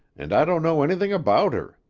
and i don't know anything about her.